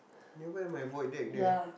nearby my void deck there